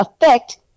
effect